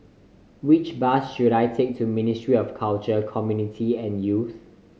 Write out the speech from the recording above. which bus should I take to Ministry of Culture Community and Youth